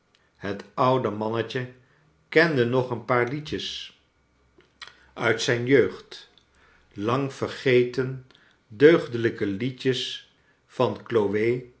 het oude mannetje kende nog een paar liedjes charles dickens nit zijn jeugd lang verge ten deugdelijke liedjes van chloe